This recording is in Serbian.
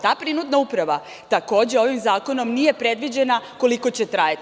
Ta prinudna uprava, takođe, ovim zakonom nije predviđena koliko će trajati.